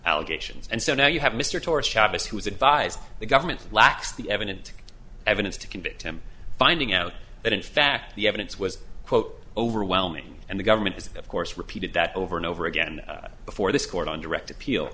allegations and so now you have mr torrance chavis who has advised the government lacks the evident evidence to convict him finding out that in fact the evidence was quote overwhelming and the government has of course repeated that over and over again before this court on direct appeal